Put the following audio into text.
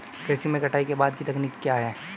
कृषि में कटाई के बाद की तकनीक क्या है?